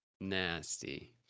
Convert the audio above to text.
nasty